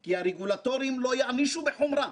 כי הרגולטורים לא יענישו בחומרה.